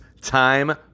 time